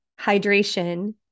hydration